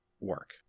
work